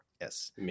Yes